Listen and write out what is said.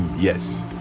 yes